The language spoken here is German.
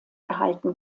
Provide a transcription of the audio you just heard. erhalten